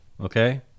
Okay